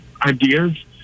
ideas